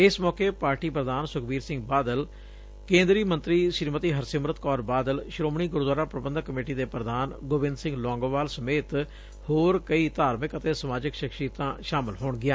ਇਸ ਮੌਕੇ ਪਾਰਟੀ ਪ੍ਰਧਾਨ ਸੁਖਬੀਰ ਸਿੰਘੱ ਬਾਦਲ ਕੇਦਰੀ ਮੰਤਰੀ ਸ੍ਰੀਮਤੀ ਹਰਸਿਮਰਤ ਕੌਰ ਬਾਦਲ ਸ਼ੋਮਣੀ ਗੁਰਦੁਆਰਾ ਪੁਬੰਧਕ ਕਮੇਟੀ ਦੇ ਪੁਧਾਨ ਗੋਬਿੰਦ ਸਿੰਘ ਲੌਂਗੋਵਾਲ ਸਮੇਤ ਕਈ ਹੋਰ ਧਾਰਮਿਕ ਅਤੇ ਸਮਾਜਿਕ ਸ਼ਖਸ਼ੀਅਤਾਂ ਸ਼ਾਮਲ ਹੋਣਗੀਆਂ